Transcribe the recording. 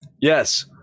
Yes